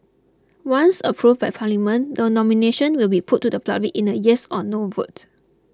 once approved by Parliament the nomination will be put to the public in a yes or no vote